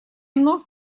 вновь